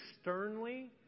sternly